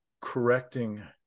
correcting